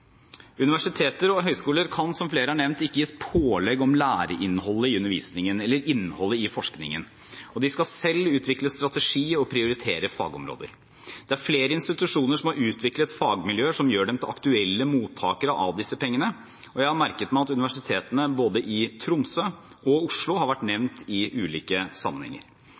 Universiteter og høyskoler kan – som flere har nevnt – ikke gis pålegg om læreinnholdet i undervisningen eller innholdet i forskningen, og de skal selv utvikle strategi og prioritere fagområder. Det er flere institusjoner som har utviklet fagmiljøer som gjør dem til aktuelle mottakere av disse pengene, og jeg har merket meg at universitetene i både Tromsø og Oslo har vært nevnt i ulike sammenhenger.